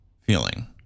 feeling